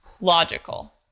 logical